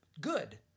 good